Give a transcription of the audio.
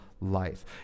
life